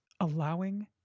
allowing